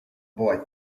boy